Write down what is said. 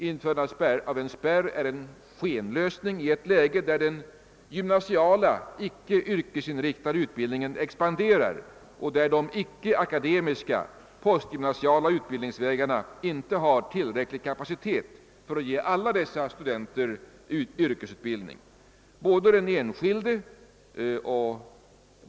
Införande av en spärr är en skenlösning i ett läge där den gymnasiala, icke yrkesinriktade utbildningen expanderar och där de icke akade miska postgymnasiala utbildningsvägarna icke har tillräcklig kapacitet för att ge alla dessa studenter yrkesutbildning.